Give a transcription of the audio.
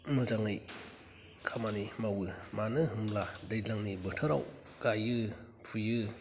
मोजाङै खामानि मावो मानो होनब्ला दैज्लांनि बोथोराव गाइयो फुयो